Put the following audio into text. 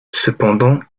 cependant